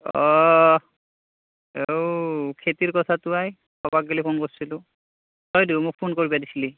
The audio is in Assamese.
অঁ এ আও খেতিৰ কথাটো আয় কবাক গেলি ফোন কৰিছিলোঁ তই দেখোন মোক ফোন কৰিব দিছিলি